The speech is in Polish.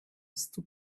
stu